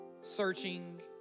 searching